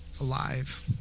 alive